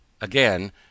Again